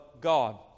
God